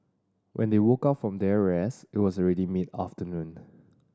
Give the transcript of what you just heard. when they woke up from their rest it was already mid afternoon